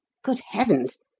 good heavens!